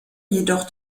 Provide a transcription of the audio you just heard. jedoch